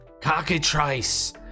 Cockatrice